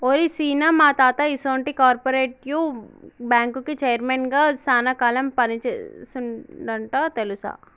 ఓరి సీన, మా తాత ఈసొంటి కార్పెరేటివ్ బ్యాంకుకి చైర్మన్ గా సాన కాలం పని సేసిండంట తెలుసా